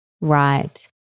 Right